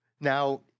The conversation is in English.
Now